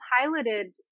piloted